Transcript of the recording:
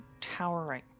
towering